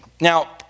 Now